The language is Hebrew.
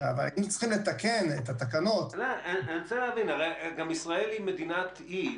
אם צריכים לתקן את התקנות --- ישראל היא מדינת אי.